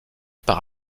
par